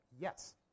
Yes